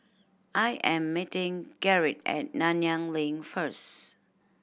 I am meeting Gerrit at Nanyang Link first